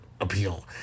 appeal